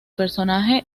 personaje